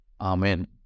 Amen